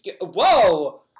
whoa